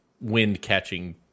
wind-catching